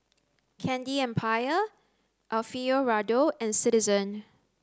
candy Empire Alfio Raldo and Citizen